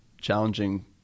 challenging